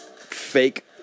fake